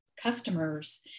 customers